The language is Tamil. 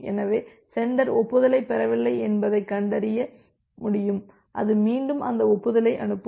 எனவே சென்டர் ஒப்புதலைப் பெறவில்லை என்பதைக் கண்டறிய முடியும் அது மீண்டும் அந்த ஒப்புதலை அனுப்பும்